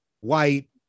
white